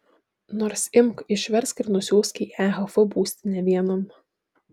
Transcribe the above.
nors imk išversk ir nusiųsk į ehf būstinę vienon